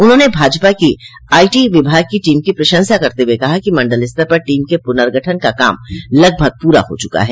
उन्होंने भाजपा की आईटी विभाग की टीम की प्रशंसा करते हुए कहा कि मंडल स्तर पर टीम क पुनर्गठन का काम लगभग पूरा हो चुका है